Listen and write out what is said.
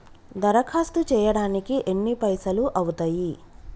దరఖాస్తు చేయడానికి ఎన్ని పైసలు అవుతయీ?